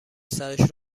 سرش